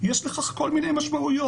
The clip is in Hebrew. יש לזה כל מיני משמעויות.